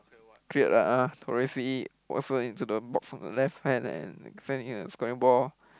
cleared uh uh Torres also into the box on the left-hand and in the ball